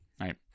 right